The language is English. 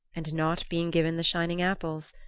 and not being given the shining apples,